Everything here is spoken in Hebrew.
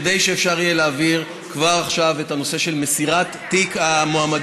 כדי שאפשר יהיה להעביר כבר עכשיו את הנושא של מסירת תיק המועמדים,